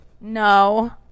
No